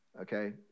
okay